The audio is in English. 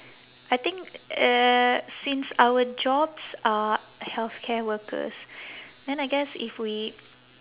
I think uh since our jobs are healthcare workers then I guess if we